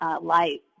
light